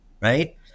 right